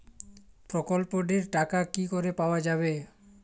প্রকল্পটি র টাকা কি করে পাওয়া যাবে?